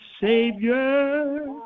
Savior